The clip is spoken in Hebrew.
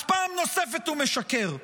אז פעם נוספת הוא משקר.